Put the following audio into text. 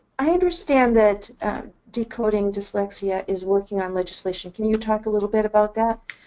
i understand that decoding dyslexia is working on legislation. can you talk a little bit about that?